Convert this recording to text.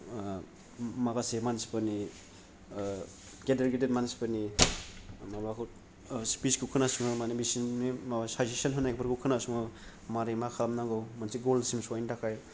माखासे मानसिफोरनि गेदेर गेदेर मानसिफोरनि माबाखौ स्पिसखौ खोनासङो माने बिसिनि साजिसन होनाय फोरखौ खोनोसङो मारै मा खालाम नांगौ मोनसे गल सिम सहैनो थाखाय